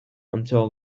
until